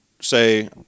say